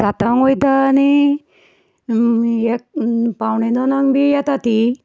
सातांक वयता आनी एक पावणे दोनांक बी येता ती